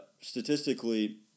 statistically